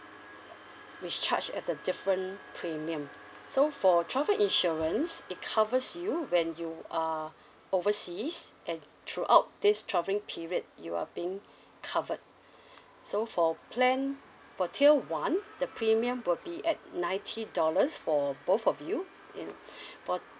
which charge at a different premium so for travel insurance it covers you when you are overseas and throughout this travelling period you are being covered so for plan for tier one the premium will be at ninety dollars for both of you